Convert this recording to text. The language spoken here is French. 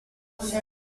rien